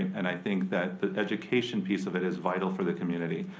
and i think that the education piece of it is vital for the community.